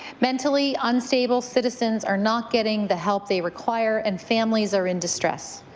mentally unstable citizens are not getting the help they require and families are in distress.